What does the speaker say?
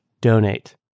donate